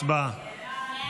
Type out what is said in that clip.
הצבעה.